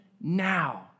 now